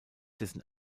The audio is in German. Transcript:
dessen